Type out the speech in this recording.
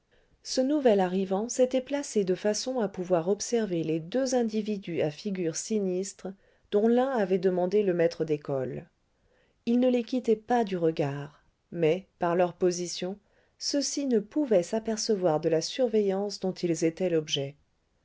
ce nouvel arrivant s'était placé de façon à pouvoir observer les deux individus à figure sinistre dont l'un avait demandé le maître d'école il ne les quittait pas du regard mais par leur position ceux-ci ne pouvaient s'apercevoir de la surveillance dont ils étaient l'objet